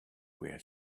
were